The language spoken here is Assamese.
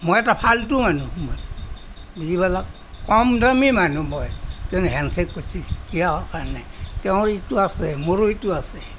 মই এটা ফাল্টু মানুহ বুজি পালা কমদামী মানুহ মই কিন্তু হেণ্ডছেক কৰিছে কিহৰ কাৰণে তেওঁৰ এইটো আছে মোৰো এইটো আছে